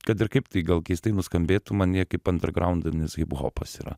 kad ir kaip tai gal keistai nuskambėtų man jie kaip andergraundinis hiphopas yra